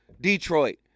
Detroit